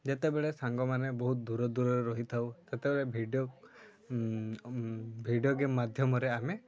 ଯେତେବେଳେ ସାଙ୍ଗମାନେ ବହୁତ ଦୂର ଦୂରରେ ରହିଥାଉ ସେତେବେଳେ ଭିଡ଼ିଓ ଭିଡ଼ିଓ ଗେମ୍ ମାଧ୍ୟମରେ ଆମେ